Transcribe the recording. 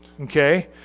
Okay